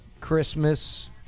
Christmas